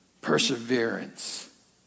perseverance